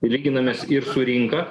lyginamės ir su rinka